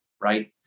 Right